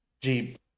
Jeep